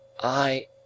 I